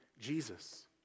Jesus